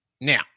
Now